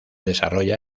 desarrolla